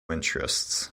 interests